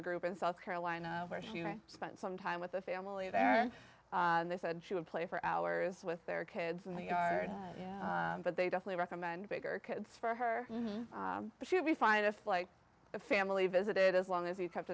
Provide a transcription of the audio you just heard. a group of south carolina where she spent some time with the family there and they said she would play for hours with their kids in the yard but they definitely recommend bigger kids for her but she would be fine if like the family visited as long as you kept